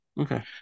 Okay